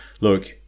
look